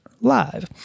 live